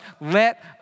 Let